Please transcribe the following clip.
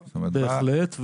בהחלט.